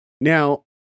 now